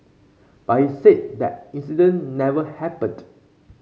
but he said that incident never happened